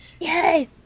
Yay